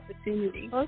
opportunity